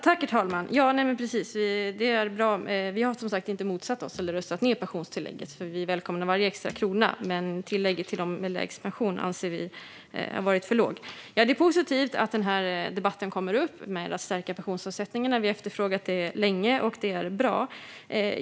Herr talman! Vi har som sagt inte motsatt oss eller röstat ned pensionstillägget, för vi välkomnar varje extra krona. Men tillägget till dem med lägst pension anser vi har varit för lågt. Det är positivt att denna debatt om att stärka pensionsavsättningarna kommer upp. Vi har efterfrågat det länge, så det är bra.